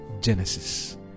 genesis